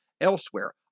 elsewhere